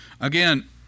Again